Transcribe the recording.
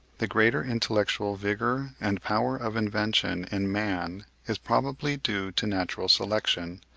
the greater intellectual vigour and power of invention in man is probably due to natural selection,